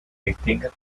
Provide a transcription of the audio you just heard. distinguen